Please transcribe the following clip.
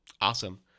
awesome